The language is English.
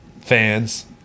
fans